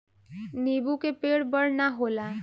नीबू के पेड़ बड़ ना होला